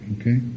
okay